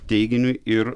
teiginiui ir